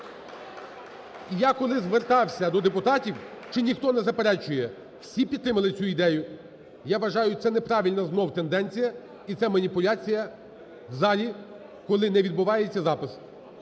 я, коли звертався до депутатів, чи ніхто не заперечує, всі підтримали цю ідею. Я вважаю, це неправильна знову тенденція, і це маніпуляція в залі, коли не відбувається запис.